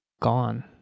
gone